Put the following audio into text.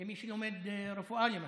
למי שלומד רפואה למשל,